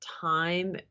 time